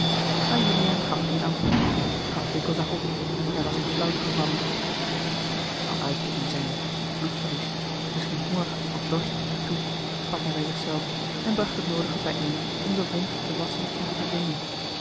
maar juliaan gaf geen antwoord graswinckel zag op hij was in flauwte gevallen t zal uitputting zijn bloedverlies misschien honger of dorst daartoe sprak hij bij zich zelven en bracht het noodige bijeen om de wond te wasschen en te verbinden